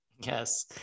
yes